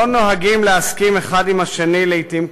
נוהגים להסכים האחד עם השני לעתים קרובות,